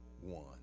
one